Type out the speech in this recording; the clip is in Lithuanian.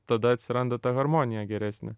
tada atsiranda ta harmonija geresnė